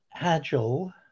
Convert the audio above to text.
Agile